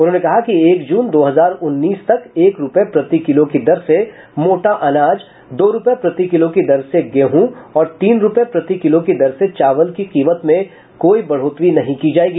उन्होंने कहा कि एक जून दो हजार उन्नीस तक एक रूपये प्रति किलो की दर से मोटे अनाज दो रूपये प्रति किलो की दर से गेहूॅ और तीन रूपये प्रति किलो की दर से चावल की कीमत में कोई बढ़ोतरी नहीं की जायेगी